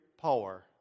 power